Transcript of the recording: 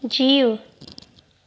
जीउ